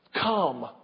Come